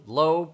low